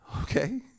Okay